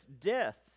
death